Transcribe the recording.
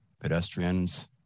pedestrians